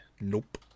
Nope